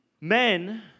men